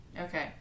Okay